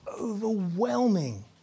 overwhelming